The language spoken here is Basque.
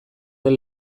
den